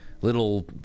Little